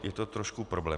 Je to trošku problém.